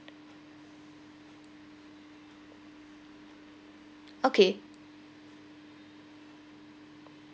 okay